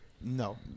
no